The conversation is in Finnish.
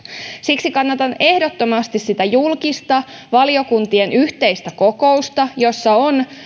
siksi kannatan ehdottomasti sitä julkista valiokuntien yhteistä kokousta jossa on